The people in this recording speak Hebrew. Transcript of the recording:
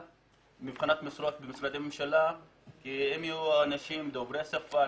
מבחינת משרות במשרדי ממשלה כך שיהיו אנשים דוברי שפה,